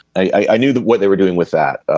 i knew what they were doing with that.